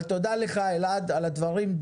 אבל תודה לך, אלעד, על הדברים.